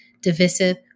divisive